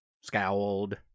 scowled